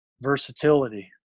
versatility